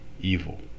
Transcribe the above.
evil